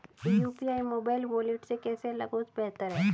UPI mobile wallet से कैसे अलग और बेहतर है?